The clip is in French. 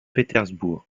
pétersbourg